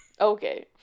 okay